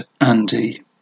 Andy